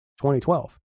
2012